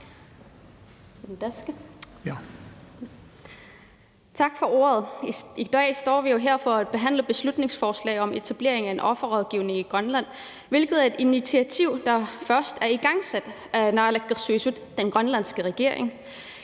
Tak for ordet. I dag står vi jo her for at behandle et beslutningsforslag om etablering af en offerrådgivning i Grønland, hvilket er et initiativ, der først er igangsat af naalakkersuisut, den grønlandske regering,